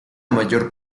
mayor